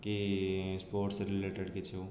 କି sports related କିଛି ହେଉ